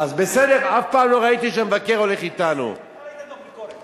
אתה ראית דוח ביקורת